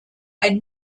ein